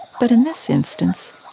but in this instance,